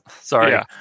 sorry